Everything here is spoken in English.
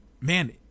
man